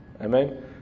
Amen